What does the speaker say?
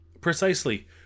Precisely